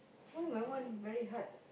why my one very hard